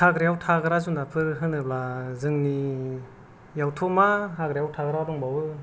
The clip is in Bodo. हाग्रायाव थाग्रा जुनारफोर होनोब्ला जोंनियावथ' मा हाग्रायाव थाग्रा दंबावो